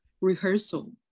rehearsal